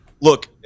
Look